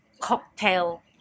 cocktail